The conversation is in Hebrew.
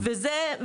תודה.